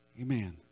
Amen